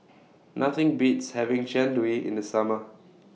Nothing Beats having Jian Dui in The Summer